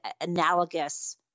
analogous